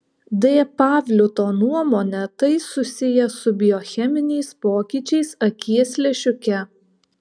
d pavliuto nuomone tai susiję su biocheminiais pokyčiais akies lęšiuke